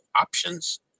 options